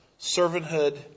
servanthood